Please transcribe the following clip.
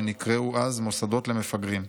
שנקראו אז 'מוסדות למפגרים'.